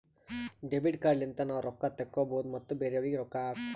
debit card ಲಿಂತ ನಾವ್ ರೊಕ್ಕಾ ತೆಕ್ಕೋಭೌದು ಮತ್ ಬೇರೆಯವ್ರಿಗಿ ರೊಕ್ಕಾ ಕೊಡ್ಭೌದು